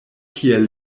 kiel